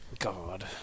God